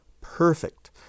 perfect